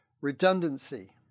redundancy